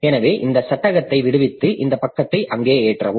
எனவே அந்த சட்டகத்தை விடுவித்து இந்தப் பக்கத்தை அங்கே ஏற்றவும்